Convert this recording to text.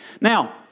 Now